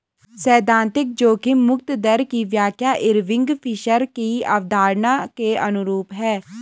सैद्धांतिक जोखिम मुक्त दर की व्याख्या इरविंग फिशर की अवधारणा के अनुरूप है